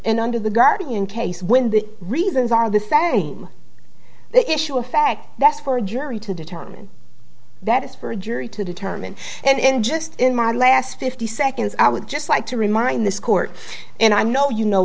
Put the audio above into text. and under the guardian case when the reasons are the facts the issue of fact that's for a jury to determine that is for a jury to determine and just in my last fifty seconds i would just like to remind this court and i'm know you know